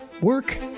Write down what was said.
Work